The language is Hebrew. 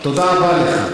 תודה רבה לך.